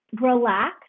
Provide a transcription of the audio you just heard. Relax